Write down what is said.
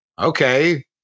okay